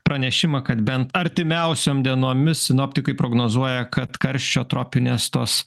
pranešimą kad bent artimiausiom dienomis sinoptikai prognozuoja kad karščio tropinės tos